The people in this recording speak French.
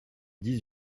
dix